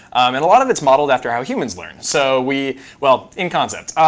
and a lot of it's modeled after how humans learn. so we well, in concept.